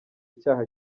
icyaha